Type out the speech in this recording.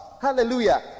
hallelujah